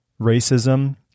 Racism